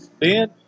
Ben